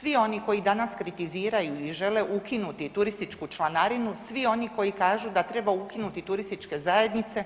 Svi oni koji danas kritiziraju i žele ukinuti turističku članarinu, svi oni koji kažu da treba ukinuti turističke zajednice